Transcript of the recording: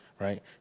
right